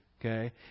okay